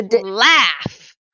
laugh